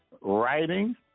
writing